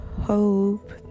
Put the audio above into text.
hope